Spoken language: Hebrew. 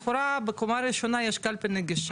לכאורה בקומה ראשונה יש קלפי נגיש,